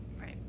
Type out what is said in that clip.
Right